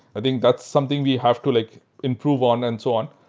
i think that's something we have to like improve on and so on.